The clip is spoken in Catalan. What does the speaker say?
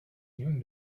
lluny